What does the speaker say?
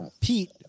Pete